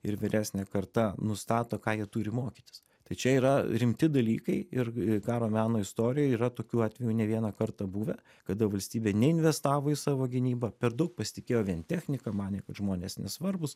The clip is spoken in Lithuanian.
ir vyresnė karta nustato ką jie turi mokytis tai čia yra rimti dalykai ir karo meno istorijoj yra tokių atvejų ne vieną kartą buvę kada valstybė neinvestavo į savo gynybą per daug pasitikėjo vien technika manė kad žmonės nesvarbūs